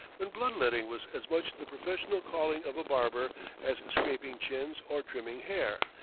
when blood-letting was as much the professional calling of a barber as scraping chins or trimming hair,